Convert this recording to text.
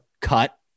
cut